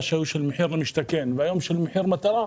לגבי מחיר למשתכן והיום של מחיר מטרה,